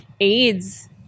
AIDS